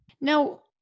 Now